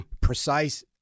precise